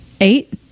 Eight